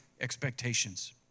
expectations